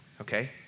okay